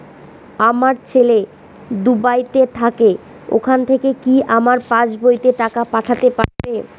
আমার ছেলে দুবাইতে থাকে ওখান থেকে কি আমার পাসবইতে টাকা পাঠাতে পারবে?